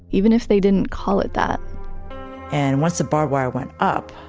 even if they didn't call it that and once the barbed wire went up,